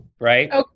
right